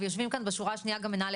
ויושבים כאן בשורה השנייה גם מנהלי